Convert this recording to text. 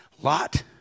Lot